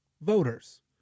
voters